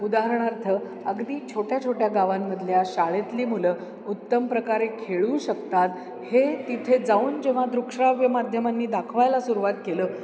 उदाहरणार्थ अगदी छोट्या छोट्या गावांमधल्या शाळेतली मुलं उत्तम प्रकारे खेळू शकतात हे तिथे जाऊन जेव्हा दृकश्राव्य माध्यमांनी दाखवायला सुरुवात केलं